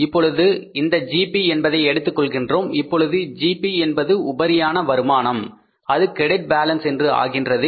இப்பொழுது இந்த GP என்பதை எடுத்துக் கொள்கின்றோம் இப்பொழுது ஜிபி என்பது உபரியான வருமானம் அது கிரடிட் பலன்ஸ் என்று ஆகின்றது